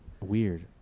Weird